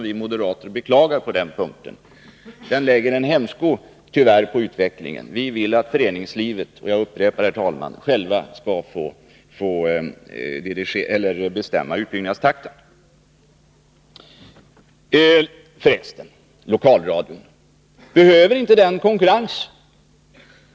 Vi moderater beklagar på den punkten ställningstagandet i propositionen, det lägger tyvärr en hämmsko på utvecklingen. Vi vill att föreningslivet självt skall få bestämma utbyggnadstakten. För resten — behöver inte lokalradion konkurrens?